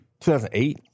2008